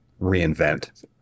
reinvent